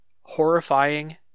horrifying